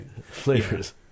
flavors